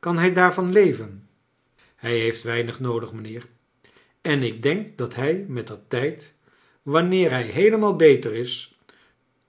kan hij daarvan leven hij heeft weinig noodig mijnheer en ik denk dat hij mettertijd wanneer hij heelemaal beter is